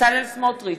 בצלאל סמוטריץ,